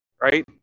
Right